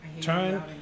Turn